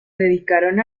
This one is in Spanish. dedicaron